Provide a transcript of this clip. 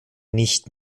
nicht